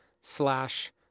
slash